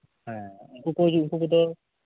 ᱦᱮᱸ ᱩᱱᱠᱩ ᱠᱚ